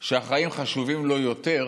שהחיים חשובים לו יותר,